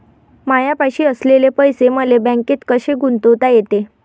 मायापाशी असलेले पैसे मले बँकेत कसे गुंतोता येते?